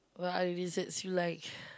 what other desserts you like